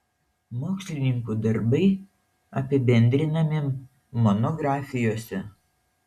mokslininkų darbai apibendrinami monografijose